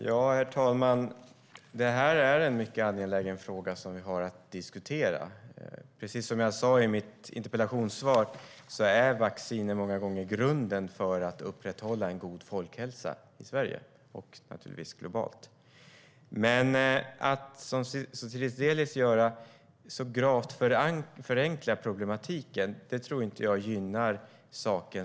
Herr talman! Det är en mycket angelägen fråga som vi nu har att diskutera. Som jag sa i mitt interpellationssvar är vacciner många gånger grunden för att upprätthålla en god folkhälsa i Sverige och naturligtvis även globalt. Men att förenkla problematiken så gravt som Sotiris Delis gör tror jag inte gynnar saken.